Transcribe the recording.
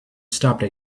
stopped